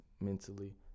mentally